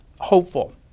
hopeful